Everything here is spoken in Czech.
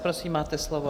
Prosím, máte slovo.